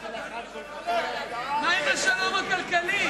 מה עם השלום הכלכלי?